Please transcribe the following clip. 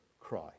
cry